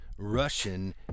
Russian